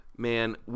Man